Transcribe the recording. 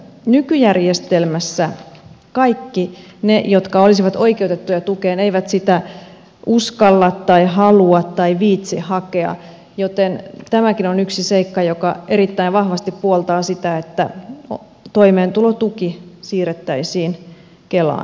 nykyjärjestelmässä kaikki ne jotka olisivat oikeutettuja tukeen eivät sitä uskalla tai halua tai viitsi hakea joten tämäkin on yksi seikka joka erittäin vahvasti puoltaa sitä että toimeentulotuki siirrettäisiin kelaan